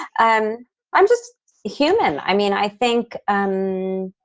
i'm i'm just human. i mean, i think. um